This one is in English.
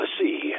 see